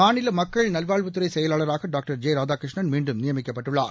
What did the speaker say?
மாநிலமக்கள் நல்வாழ்வுத்துறைசெயலாளராகடாக்டர் ஜெராதாகிருஷ்ணன் மீண்டும் நியமிக்கப்பட்டுள்ளார்